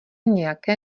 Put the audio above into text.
nějaké